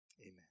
amen